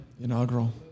Inaugural